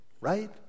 right